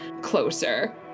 closer